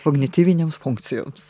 kognityvinėms funkcijoms